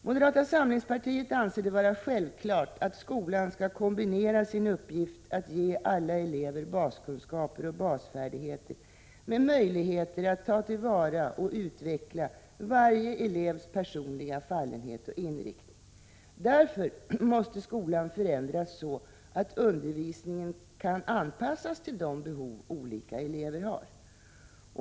Moderata samlingspartiet anser det vara självklart att skolan skall kombinera sin uppgift att ge alla elever baskunskaper och basfärdigheter med möjligheter att ta till vara och utveckla varje elevs personliga fallenhet och inriktning. Därför måste skolan förändras så att undervisningen kan anpassas till de behov olika elever har.